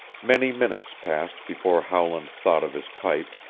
many minutes passed before howland thought of his pipe,